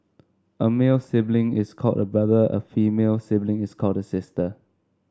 a male sibling is called a brother a female sibling is called a sister